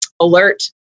alert